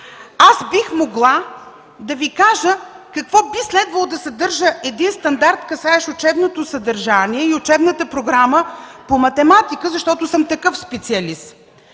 Аз бих могла да Ви кажа какво би следвало да съдържа стандарт, отнасящ се до учебното съдържание и учебната програма по математика, защото съм такъв специалист.